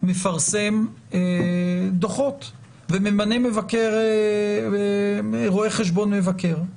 מפרסם דוחות וממנה רואה חשבון מבקר.